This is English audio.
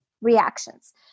reactions